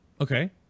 Okay